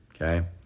okay